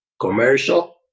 commercial